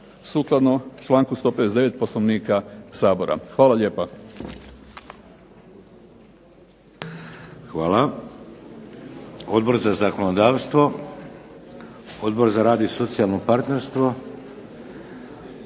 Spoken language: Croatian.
sukladno članku 159. Poslovnika Sabora. Hvala lijepa. **Šeks, Vladimir (HDZ)** Hvala. Odbor za zakonodavstvo? Odbor za rad i socijalno partnerstvo?